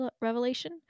revelation